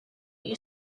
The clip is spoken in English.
you